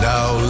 Now